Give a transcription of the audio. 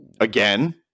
Again